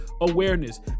awareness